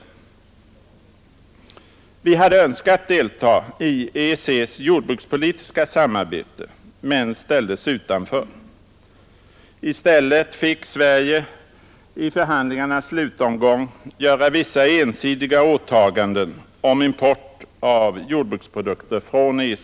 Vi hade önskat delta i EEC:s jordbrukspolitiska samarbete — men ställdes utanför. I stället fick Sverige i förhandlingarnas slutomgång göra vissa ensidiga åtaganden om import av jordbruksprodukter från EEC.